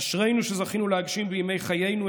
אשרינו שזכינו להגשים את חזונו בימי חיינו.